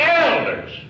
elders